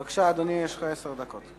בבקשה, אדוני, יש לך עשר דקות.